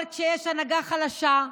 אבל כשיש הנהגה חלשה,